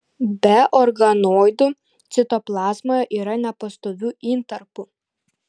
be organoidų citoplazmoje yra nepastovių intarpų